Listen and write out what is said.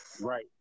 right